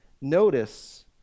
Notice